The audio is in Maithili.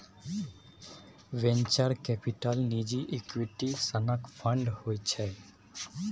वेंचर कैपिटल निजी इक्विटी सनक फंड होइ छै